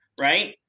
right